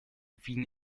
wien